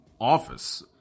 office